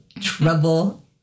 trouble